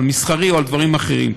המסחרי או דברים אחרים.